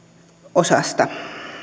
osasta